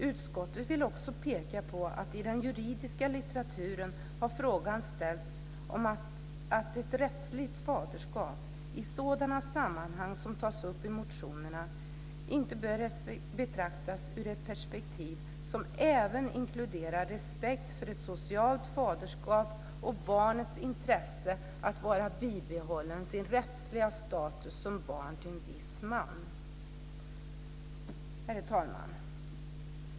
Utskottet vill också peka på att i den juridiska litteraturen har frågan ställts om att ett rättsligt faderskap, i sådana sammanhang som tas upp i motionerna, inte bör betraktas ur ett perspektiv som även inkluderar respekt för ett socialt faderskap och barnets intresse av att vara bibehållet sin rättsliga status som barn till en viss man. Herr talman!